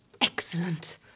Excellent